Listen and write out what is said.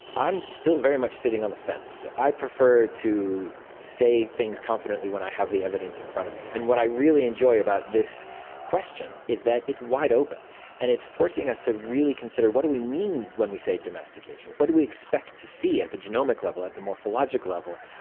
i'm still very much sitting on the fence. i prefer to say things confidently when i have the evidence in front of me. and what i really enjoy about this question is that it's wide open and it's forcing us to really consider what do we mean when we say domestication, what do we expect to see at the genomic level, at the morphologic level,